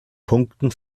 punkten